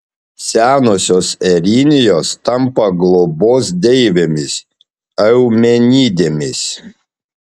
senosios erinijos tampa globos deivėmis eumenidėmis